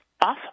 Awesome